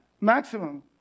Maximum